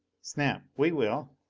snap, we will!